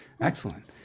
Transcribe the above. Excellent